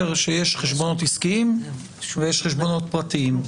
בסדר, שיש חשבונות עסקיים, ויש חשבונות פרטיים.